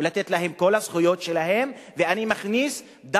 ואתן להם את כל הזכויות שלהם,